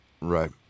Right